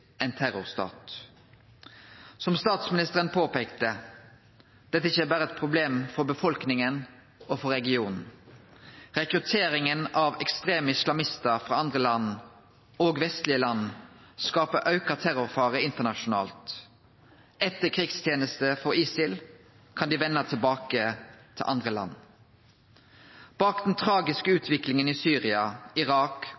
ein terrorstat bygd. Som statsministeren påpeikte er dette ikkje berre eit problem for befolkninga og for regionen. Rekrutteringa av ekstreme islamistar frå andre land – òg vestlege land – skapar auka terrorfare internasjonalt. Etter krigsteneste for ISIL kan dei vende tilbake til andre land. Bak den tragiske